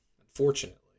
Unfortunately